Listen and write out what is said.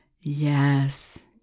Yes